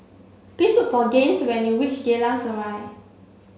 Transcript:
please look for Gaines when you reach Geylang Serai